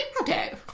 Okay